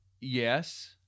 yes